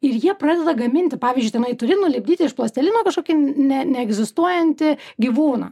ir jie pradeda gaminti pavyzdžiui tenai turi nulipdyti iš plastilino kažkokį ne neegzistuojantį gyvūną